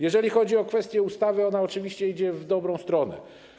Jeżeli chodzi o kwestię ustawy, to ona oczywiście idzie w dobrą stronę.